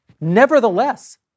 Nevertheless